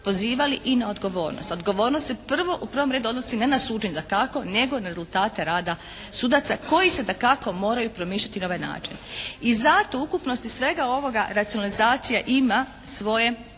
pozivali i na odgovornost. Odgovornost se u prvom redu odnosi ne na suđenje dakako nego na rezultate rada sudaca koji se dakako moraju promišljati na ovaj način. I zato u ukupnosti svega ovoga racionalizacija ima svoje